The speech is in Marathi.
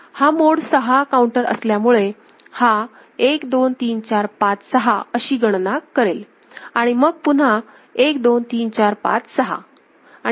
हा मॉड 6 काऊंटर असल्यामुळे हा 1 2 3 4 5 6अशी गणना करेल आणि मग पुन्हा 1 2 3 4 5 6